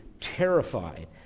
terrified